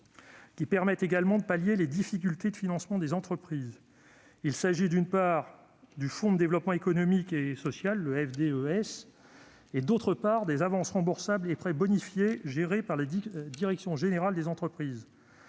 qui permettent également de pallier les difficultés de financement des entreprises. Il s'agit, d'une part, du fonds de développement économique et social (FDES), d'autre part, des avances remboursables et prêts bonifiés gérés par la direction générale des entreprises.